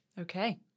Okay